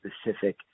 specific